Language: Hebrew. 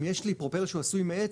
אם יש לי פרופלר שעשוי מעץ,